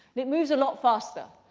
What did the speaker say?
it moves a lot faster.